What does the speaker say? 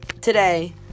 today